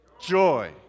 joy